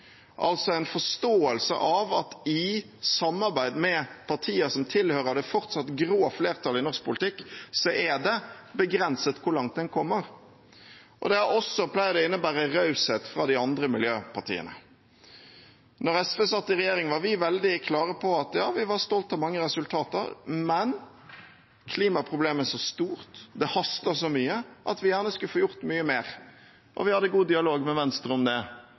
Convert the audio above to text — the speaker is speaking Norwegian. altså en forståelse av at i samarbeid med partier som tilhører det fortsatt grå flertallet i norsk politikk, er det begrenset hvor langt en kommer. Og det har også pleid å innebære raushet fra de andre miljøpartiene. Da SV satt i regjering, var vi veldig klare på at ja, vi er stolt av mange resultater, men klimaproblemet er så stort, det haster så mye at vi gjerne skulle få gjort mye mer, og vi hadde god dialog med Venstre om det